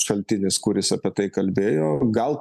šaltinis kuris apie tai kalbėjo gal